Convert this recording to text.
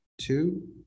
two